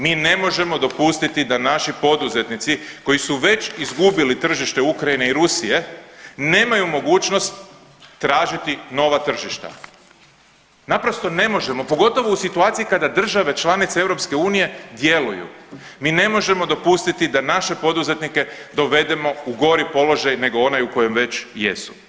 Mi ne možemo dopustiti da naši poduzetnici koji su već izgubili tržište Ukrajine i Rusije nemaju mogućnost tražiti nova tržišta, naprosto ne možemo, pogotovo u situaciji kada države članice EU djeluju, mi ne možemo dopustiti da naše poduzetnike dovedemo u gori položaj nego u onaj u kojem već jesu.